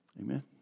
Amen